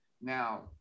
Now